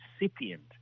recipient